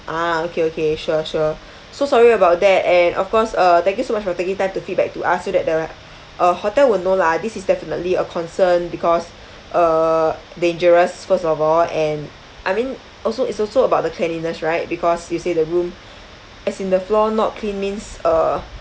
ah okay okay sure sure so sorry about that and of course uh thank you so much for taking time to feedback to us so that the uh hotel will know lah this is definitely a concern because uh dangerous first of all and I mean also it's also about the cleanliness right because you say the room as in the floor not clean means uh